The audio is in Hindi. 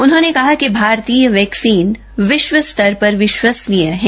उन्होंने कहा कि भारतीय वैक्सीन विष्व स्तर पर विष्वसनीय है